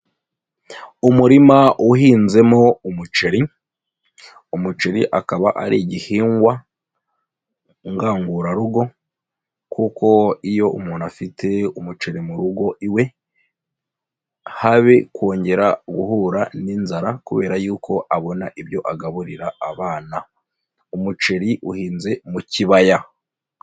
Umurima uhinzemo umuceri, umuceri akaba ari igihingwa ngangurarugo, kuko iyo umuntu afite umuceri mu rugo iwe, habe kongera guhura n'inzara kubera yuko abona ibyo agaburira abana. Umuceri uhinze mu kibaya.